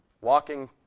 walking